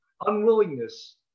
unwillingness